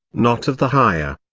not of the higher.